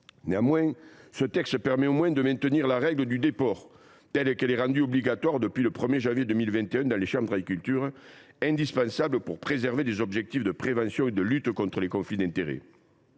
politique. Ce texte permet au moins de maintenir la règle du déport, rendue obligatoire depuis le 1 janvier 2021 dans les chambres d’agriculture et indispensable pour préserver les objectifs de prévention et de lutte contre les conflits d’intérêts.